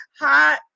hot